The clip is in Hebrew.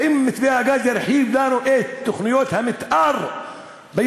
האם מתווה הגז ירחיב לנו את תוכניות המתאר ביישובינו,